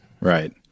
Right